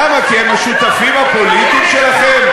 למה, כי הם השותפים הפוליטיים שלכם?